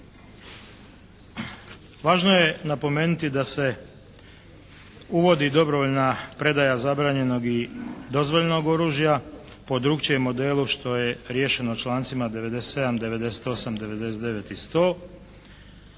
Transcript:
Važno je napomenuti da se uvodi dobrovoljna predaja zabranjenog i dozvoljenog oružja po drukčijem modelu što je riješeno člancima 97., 98., 99. i 100.